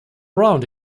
round